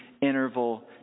interval